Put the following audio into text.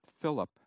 Philip